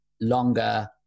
longer